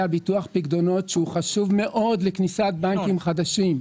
ביטוח פיקדונות שהוא חשוב מאוד לכניסת בנקים חדשים.